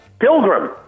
Pilgrim